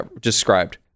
described